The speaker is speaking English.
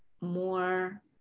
more